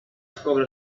scopre